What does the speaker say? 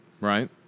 right